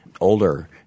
Older